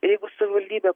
jeigu savivaldybė